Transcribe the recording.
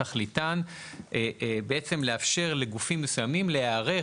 תכליתן בעצם לאפשר לגופים מסוימים להיערך